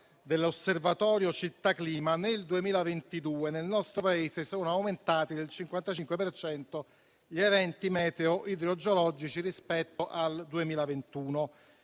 dell'osservatorio CittàClima, nel 2022 nel nostro Paese sono aumentati del 55 per cento gli eventi meteo idrogeologici rispetto al 2021,